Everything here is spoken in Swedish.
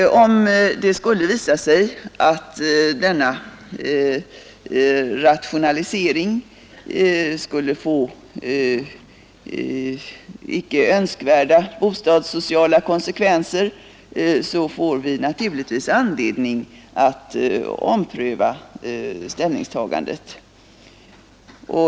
Om det skulle visa sig att denna rationalisering skulle få icke önskvärda bostadssociala konsekvenser, får vi naturligtvis anledning att ompröva ställningstagandet.